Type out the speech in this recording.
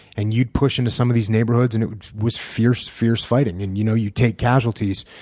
and you'd push into some of these neighborhoods and it was fierce, fierce fighting and you know you take casualties.